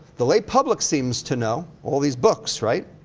the lay public seems to know. all these books, right?